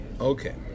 Okay